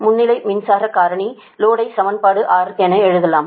முன்னணி மின்சாரம் காரணி லோடை சமன்பாடு 6 என எழுதலாம்